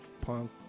Punk